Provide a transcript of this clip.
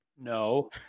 no